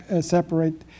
separate